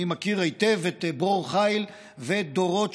אני מכיר היטב את ברור חיל ואת דורות,